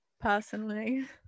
personally